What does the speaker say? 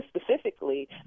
specifically